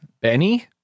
Benny